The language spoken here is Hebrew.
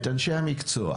את אנשי המקצוע.